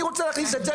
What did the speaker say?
אני רוצה להכניס את זה,